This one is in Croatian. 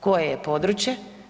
Koje je područje?